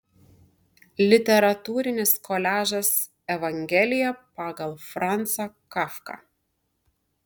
literatūrinis koliažas evangelija pagal francą kafką